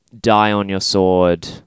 die-on-your-sword